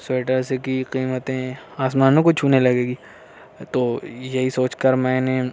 sweaters کی قیمتیں آسمانوں کو چھونے لگے گی تو یہی سوچ کر میں نے